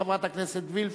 חברת הכנסת וילף,